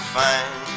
fine